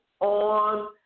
on